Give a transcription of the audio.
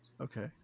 okay